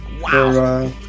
Wow